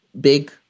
big